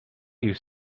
you